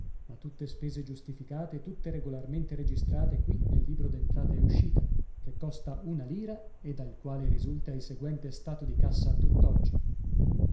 ma tutte spese giustificate e tutte regolarmente registrate qui nel libro d'entrata e uscita che costa una lira e dal quale risulta il seguente stato di cassa